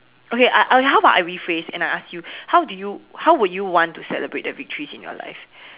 okay I I how about I rephrase and I ask you how do you how would you want to celebrate the victories in your life